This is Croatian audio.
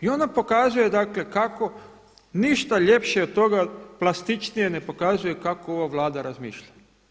I on nam pokazuje dakle kako ništa ljepše od toga, plastičnije ne pokazuje kako ova Vlada razmišlja.